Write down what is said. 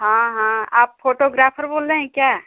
हाँ हाँ आप फ़ोटोग्राफर बोल रहें क्या